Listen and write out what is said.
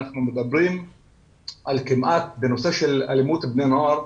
אנחנו מדברים בנושא של אלימות בני נוער,